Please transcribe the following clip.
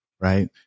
right